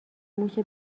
موش